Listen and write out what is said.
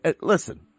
listen